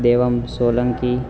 Devam Solanki